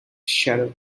shadow